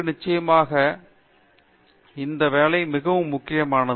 பேராசிரியர் அரிந்தமா சிங் ஆராய்ச்சி மாணவர்களுக்கு நிச்சயமாக இந்த வேலை மிகவும் முக்கியமானது